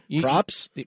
Props